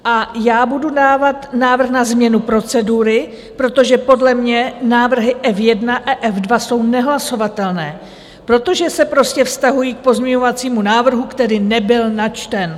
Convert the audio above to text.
A já budu dávat návrh na změnu procedury, protože podle mě návrhy F1 a F2 jsou nehlasovatelné, protože se prostě vztahují k pozměňovacímu návrhu, který nebyl načten.